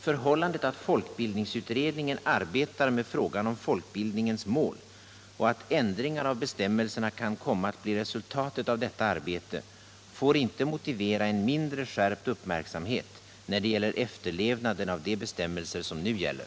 Förhållandet att folkbildningsutredningen arbetar med frågan om folkbildningens mål och att ändringar av bestämmelserna kan komma att bli resultatet 115 av detta arbete får inte motivera en mindre skärpt uppmärksamhet när det gäller efterlevnaden av de bestämmelser som nu gäller.